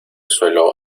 suelo